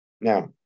Now